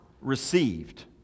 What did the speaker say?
received